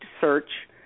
search